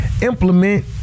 implement